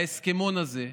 בהסכמון הזה?